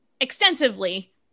extensively